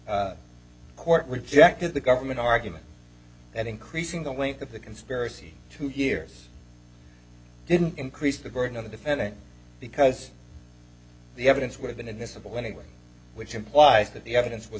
court rejected the government argument that increasing the length of the conspiracy two years didn't increase the burden on the defendant because the evidence would have been admissible anyway which implies that the evidence was